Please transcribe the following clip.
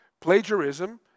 Plagiarism